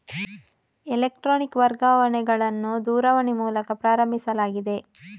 electronic ವರ್ಗಾವಣೆಗಳನ್ನು ದೂರವಾಣಿ ಮೂಲಕ ಪ್ರಾರಂಭಿಸಲಾಗಿದೆ